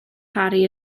harri